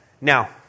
now